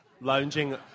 lounging